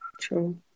True